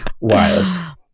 wild